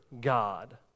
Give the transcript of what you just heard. God